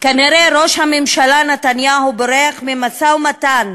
כנראה ראש הממשלה נתניהו בורח ממשא-ומתן